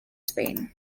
spain